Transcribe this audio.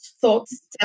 thoughts